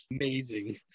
Amazing